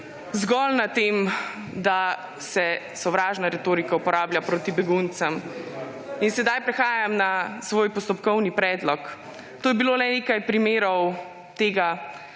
zgolj na tem, da se sovražna retorika uporablja proti beguncem. In sedaj prehajam na svoj postopkovni predlog. To je bilo le nekaj primerov tega,